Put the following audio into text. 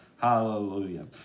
Hallelujah